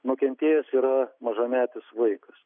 nukentėjęs yra mažametis vaikas